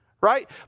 right